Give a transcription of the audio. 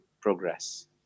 progress